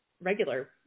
regular